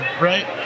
right